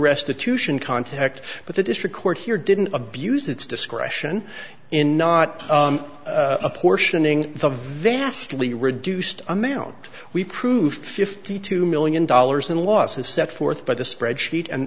restitution contect but the district court here didn't abused its discretion in not apportioning the vastly reduced amount we proved fifty two million dollars in losses set forth by the spreadsheet and